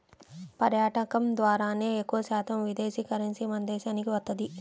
పర్యాటకం ద్వారానే ఎక్కువశాతం విదేశీ కరెన్సీ మన దేశానికి వత్తది